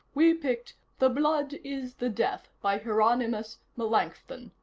we picked the blood is the death by hieronymus melanchthon,